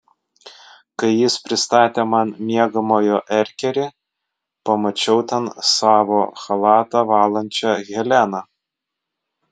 kai jis pristatė man miegamojo erkerį pamačiau ten savo chalatą valančią heleną